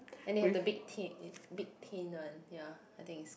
and they have the big tin big tin one ya I think is